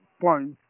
points